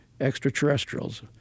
extraterrestrials